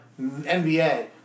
NBA